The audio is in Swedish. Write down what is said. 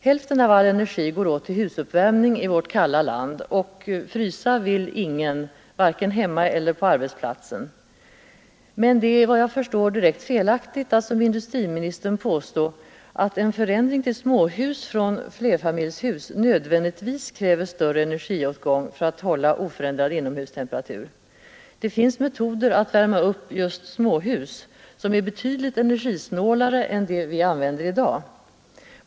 Hälften av all energi går åt till husuppvärmning i vårt kalla land, och frysa vill ingen vare sig hemma eller på arbetsplatsen. Men efter vad jag förstår är det direkt felaktigt att påstå, som industriministern gör, att en förändring till småhus från flerfamiljshus nödvändigtvis kräver större energiåtgång för att hålla oförändrad inomhustemperatur. Det finns metoder att värma upp just småhus, vilka är betydligt energisnålare än de metoder vi använder i dag.